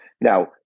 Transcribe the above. Now